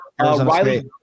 Riley